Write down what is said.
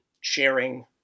sharing